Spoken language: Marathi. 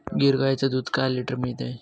गीर गाईचे दूध काय लिटर मिळते?